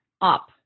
up